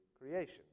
creation